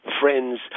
friends